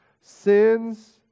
Sins